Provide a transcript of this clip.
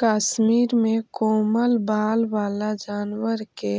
कश्मीर में कोमल बाल वाला जानवर के